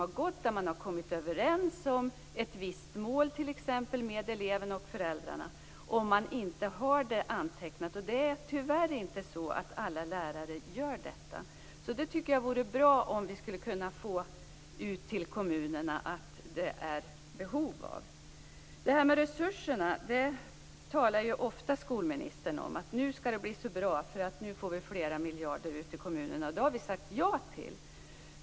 Man kan t.ex. ha kommit överens om ett visst mål med eleven och föräldrarna. Men det är svårt om man inte har detta antecknat. Tyvärr är det inte så att alla lärare gör detta. Jag tycker att det vore bra om vi kunde få ut till kommunerna att det finns ett behov av detta. Det här med resurserna talar ju ofta skolministern om. Nu skall det bli så bra. Nu får vi flera miljarder till ute i kommunerna. Det har vi sagt ja till.